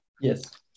Yes